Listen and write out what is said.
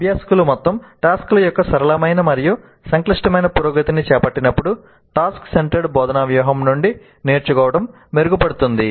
అభ్యాసకులు మొత్తం టాస్క్ ల యొక్క సరళమైన మరియు సంక్లిష్టమైన పురోగతిని చేపట్టినప్పుడు టాస్క్ సెంటర్డ్ బోధనా వ్యూహం నుండి నేర్చుకోవడం మెరుగుపడుతుంది